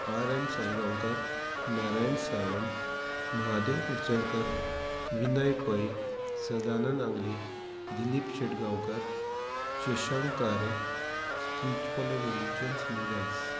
R M Salgaonkar Narayan Sawant Mahadev Kusarkar Vinay Pai Sadanand Angle Dilip Shetgaonkar Shashank Kare spiritual religions leaders